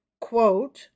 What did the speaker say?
quote